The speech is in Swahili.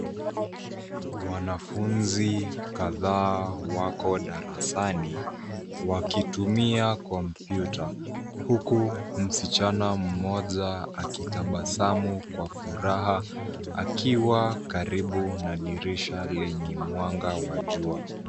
Wanafunzi kadhaa wako darasani, wakitumia kompyuta, huku msichana mmoja akitabasamu kwa furaha, akiwa karibu na dirisha lenye mwanga wa jua.